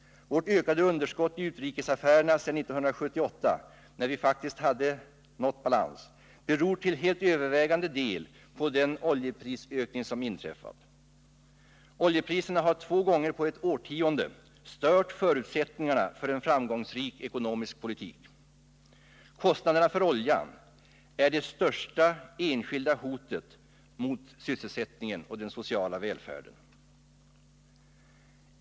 Vårt ökade underskott i utrikesaffärerna sedan 1978, då vi faktiskt hade nått balans, beror till helt övervägande del på den oljeprisökning som inträffat. Oljepriserna har två gånger på ett årtionde stört förutsättningarna för en framgångsrik ekonomisk politik. Kostnaderna för oljan är det största enskilda hotet mot sysselsättningen och den sociala välfärden.